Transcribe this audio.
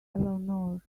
eleanor